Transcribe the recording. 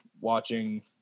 watching